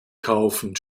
kaufen